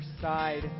side